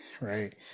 right